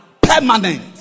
permanent